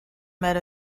met